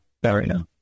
barrier